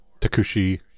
Takushi